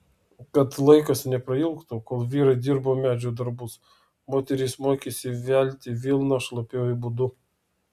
kad laikas neprailgtų kol vyrai dirbo medžio darbus moterys mokėsi velti vilną šlapiuoju būdu